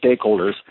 stakeholders